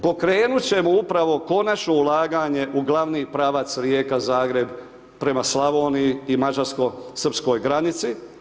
Pokrenut ćemo upravo konačno ulaganje u glavni pravac Rijeka-Zagreb prema Slavoniji i Mađarsko-Srpskoj granici.